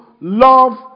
love